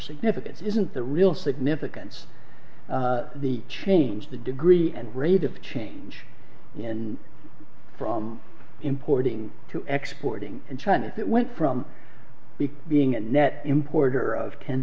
significance isn't the real significance the change the degree and rate of change in from importing to export and trying it went from being a net importer of ten